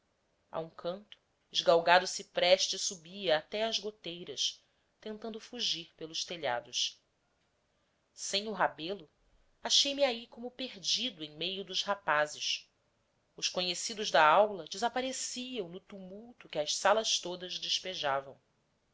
a um canto esgalgado cipreste subia até às goteiras tentando fugir pelos telhados sem o rebelo achei-me ai como perdido em meio dos rapazes os conhecidos da aula desapareciam no tumulto que as salas todas despejavam